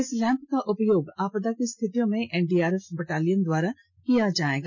इस लैम्प का उपयोग आपदा की स्थितियों में एनडीआरएफ बटालियन द्वारा किया जाएगा